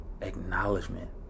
acknowledgement